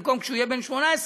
במקום כשהוא יהיה בן 18,